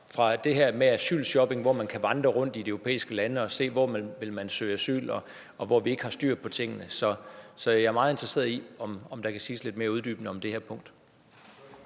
fra det her med asylshopping, hvor man kan vandre rundt i de europæiske lande og se, hvor man vil søge asyl, og hvor vi ikke har styr på tingene. Så jeg er meget interesseret i at høre, om der kan siges noget lidt mere uddybende om det her punkt.